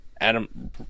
Adam